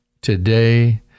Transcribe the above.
today